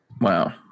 Wow